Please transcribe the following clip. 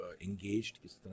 engaged